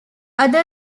other